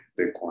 Bitcoin